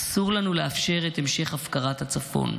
אסור לנו לאפשר את המשך הפקרת הצפון.